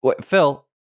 Phil